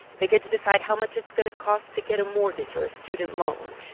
they get to decide how much it's going to cost to get a mortgage or a student loan.